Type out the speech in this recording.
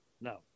No